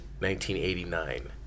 1989